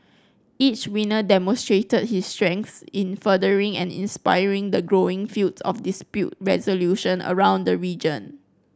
each winner demonstrated his strengths in furthering and inspiring the growing field of dispute resolution around the region